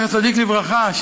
זכר צדיק לברכה,